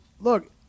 look